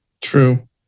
True